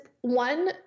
one